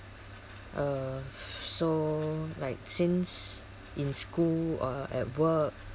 uh so like since in school uh at work